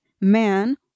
man